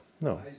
No